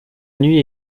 nuit